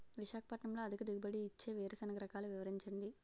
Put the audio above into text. విశాఖపట్నంలో అధిక దిగుబడి ఇచ్చే వేరుసెనగ రకాలు వివరించండి?